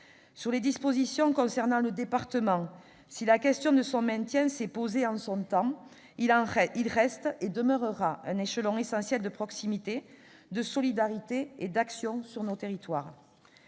En ce qui concerne le département, si la question de son maintien s'est posée en son temps, il reste et demeurera un échelon essentiel de proximité, de solidarité et d'action dans nos territoires.